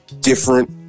different